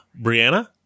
Brianna